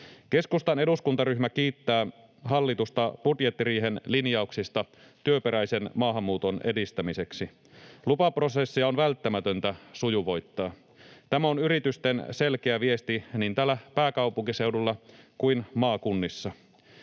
Keskustan eduskuntaryhmä kiittää hallitusta budjettiriihen linjauksista työperäisen maahanmuuton edistämiseksi. Lupaprosesseja on välttämätöntä sujuvoittaa. Tämä on yritysten selkeä viesti niin täällä pääkaupunkiseudulla kuin maakunnissa.